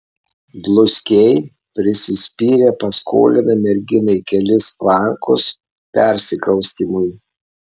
dluskiai prisispyrę paskolina merginai kelis frankus persikraustymui